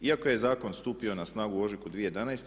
Iako je zakon stupio na snagu u ožujku 2011.